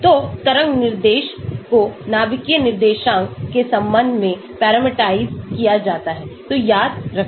तो तरंग निर्देश को नाभिकीय निर्देशांक के संबंध में पैरामिट्रीकृत किया जाता है तो याद रखें